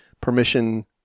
permission